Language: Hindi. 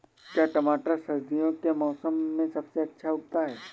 क्या टमाटर सर्दियों के मौसम में सबसे अच्छा उगता है?